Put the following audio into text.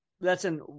Listen